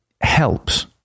helps